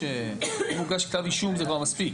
שההבדל הוא שכאן מרגע שהוגש כתב אישום זה מספיק,